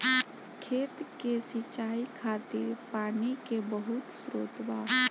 खेत के सिंचाई खातिर पानी के बहुत स्त्रोत बा